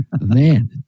man